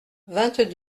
vingt